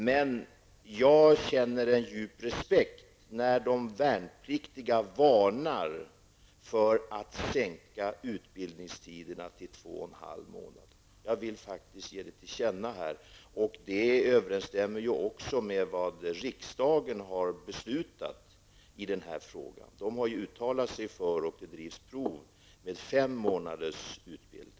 Men jag känner en djup respekt när de värnpliktiga varnar för att sänka utbildningstid till två och en halv månad, och detta vill jag här ge till känna. Det överensstämmer ju också med vad riksdagen har beslutat i den här frågan. Riksdagen har uttalat sig för att det bedrivs försöksverksamhet med fem månaders utbildning.